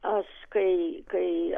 aš kai kai